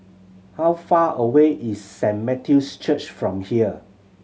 how far away is Saint Matthew's Church from here